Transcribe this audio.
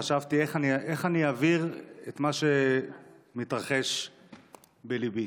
חשבתי איך אני אעביר את מה שמתרחש בליבי.